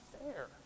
fair